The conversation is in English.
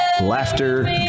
laughter